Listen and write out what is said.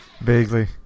Vaguely